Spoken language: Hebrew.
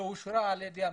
שאושרו על ידי הממשלה,